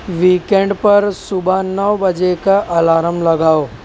weekend پر صبح نو بجے کا الارم لگاؤ